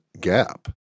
gap